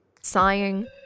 Sighing